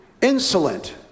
insolent